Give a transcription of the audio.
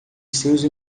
seus